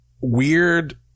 weird